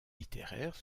littéraires